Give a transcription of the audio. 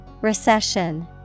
Recession